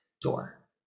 door